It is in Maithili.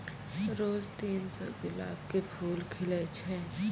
रोज तीन सौ गुलाब के फूल खिलै छै